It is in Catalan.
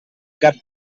cap